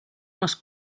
les